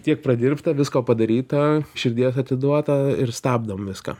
tiek pradirbta visko padaryta širdies atiduota ir stabdom viską